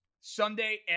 Sunday